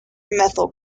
methyl